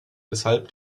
weshalb